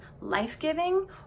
life-giving